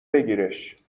بگیرش